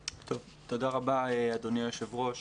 תודה רבה, אדוני היושב ראש.